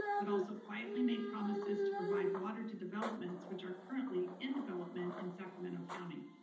but also quietly made promises to provide water to developments which are currently in development in sacramento county.